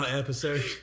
episode